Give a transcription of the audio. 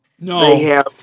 No